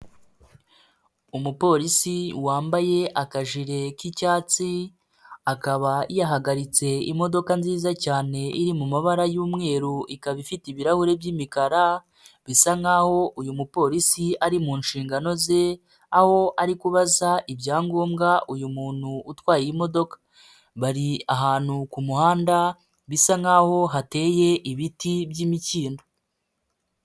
Umupolisi wambaye akajire k'icyatsi, akaba yahagaritse imodoka nziza cyane iri mu mabara y'umweru ikaba ifite ibirahure by'imikara bisa nkaho uyu mupolisi ari mu nshingano ze, aho ari kubaza ibyangombwa uyu muntu utwaye iyi modoka, bari ahantu ku muhanda bisa nkaho hateye ibiti by'imikindo.